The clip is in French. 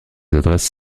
adresses